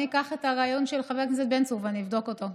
אני אקח את הרעיון של חבר הכנסת בן צור ואני אבדוק אותו.